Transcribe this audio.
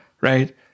Right